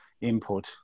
input